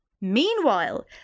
Meanwhile